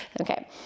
Okay